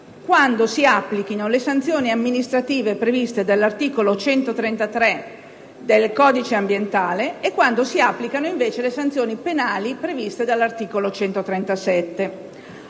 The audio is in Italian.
quando si applichino le sanzioni amministrative previste dall'articolo 133 del codice ambientale e quando invece si applichino quelle penali previste dall'articolo 137.